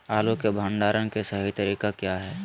आलू के भंडारण के सही तरीका क्या है?